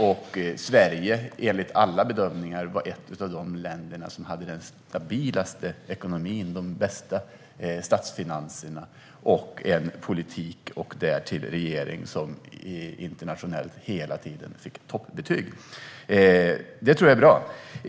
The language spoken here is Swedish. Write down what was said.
Sverige var, enligt alla bedömningar, ett av de länder som hade den stabilaste ekonomin, de bästa statsfinanserna och en politik och därtill regering som internationellt hela tiden fick toppbetyg. Det tror jag är bra.